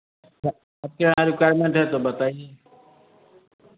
sir आपके यहाँ requirement है तो बताईए